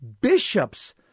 bishops